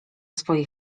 swoje